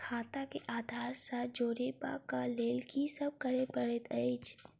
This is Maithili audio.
खाता केँ आधार सँ जोड़ेबाक लेल की सब करै पड़तै अछि?